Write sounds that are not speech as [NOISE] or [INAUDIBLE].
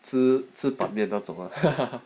so 吃板面那种 lah [LAUGHS]